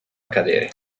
accadere